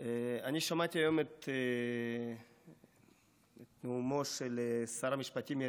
אני שמעתי היום את נאומו של שר המשפטים יריב לוין,